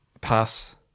Pass